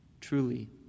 Truly